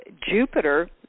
Jupiter